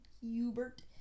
Hubert